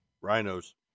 Rhinos